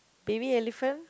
baby elephant